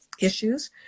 issues